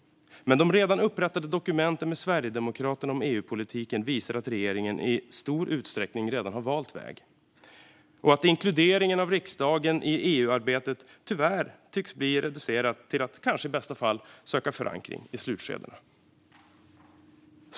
Men de redan upprättade dokumenten med Sverigedemokraterna om EU-politiken visar att regeringen i stor utsträckning redan har valt väg och att inkluderingen av riksdagen i EU-arbetet tyvärr tycks bli reducerad till att i bästa fall söka förankring i slutskedena.